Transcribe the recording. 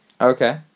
Okay